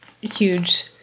huge